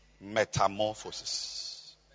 Metamorphosis